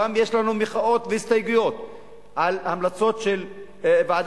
יש לנו גם מחאות והסתייגויות על ההמלצות של ועדת-פראוור,